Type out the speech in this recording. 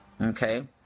Okay